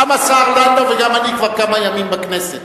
הממשלה, גם השר לנדאו וגם אני כבר כמה ימים בכנסת.